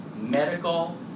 medical